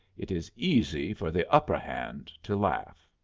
it is easy for the upper hand to laugh.